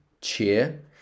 cheer